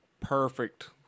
perfect